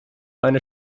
eine